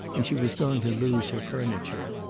and she was going to lose her furniture.